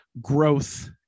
growth